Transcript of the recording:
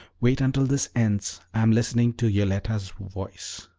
wait until this ends i am listening to yoletta's voice.